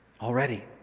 already